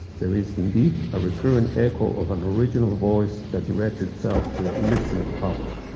there is indeed a recurrent echo of an original voice that directs itself to a listen in public.